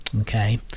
okay